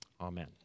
Amen